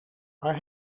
waar